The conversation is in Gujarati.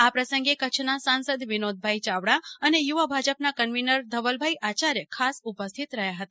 આ પ્રસંગે સાંસદ વિનોદભાઈ ચાવડા અને યુવા ભાજપના કન્વીનર ધવલભાઈ આચાર્ય ખાસ ઉપસ્થીત રહ્યા હતા